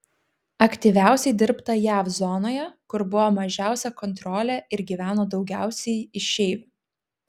aktyviausiai dirbta jav zonoje kur buvo mažiausia kontrolė ir gyveno daugiausiai išeivių